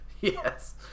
Yes